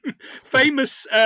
Famous